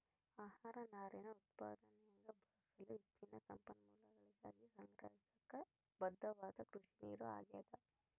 ಆಹಾರ ನಾರಿನ ಉತ್ಪಾದನ್ಯಾಗ ಬಳಸಲು ಹೆಚ್ಚಿನ ಸಂಪನ್ಮೂಲಗಳಿಗಾಗಿ ಸಂಗ್ರಹಿಸಾಕ ಬದ್ಧವಾದ ಕೃಷಿನೀರು ಆಗ್ಯಾದ